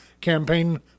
campaign